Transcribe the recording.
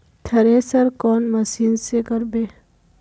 Thresher कौन machine से करबे?